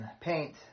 paint